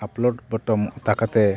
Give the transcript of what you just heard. upload button ᱚᱛᱟ ᱠᱟᱛᱮ